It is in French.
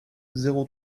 zéro